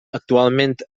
actualment